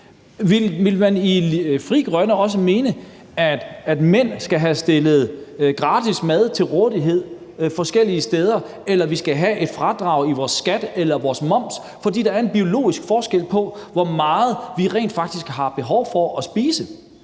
Vil man i Frie Grønne også mene, at mænd skal have stillet gratis mad til rådighed på forskellige steder, eller at vi skal have et fradrag i vores skat eller vores moms, fordi der er en biologisk forskel på, hvor meget vi rent faktisk har behov for at spise,